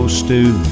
stew